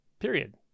period